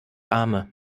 arme